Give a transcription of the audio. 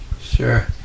Sure